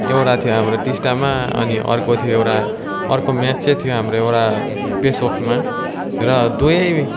एउटा थियो हाम्रो टिस्टामा अनि अर्को थियो एउरा अर्को म्याच चाहिँ थियो एउटा पेसोकमा र दुवै